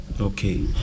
Okay